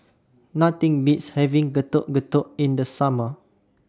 Nothing Beats having Getuk Getuk in The Summer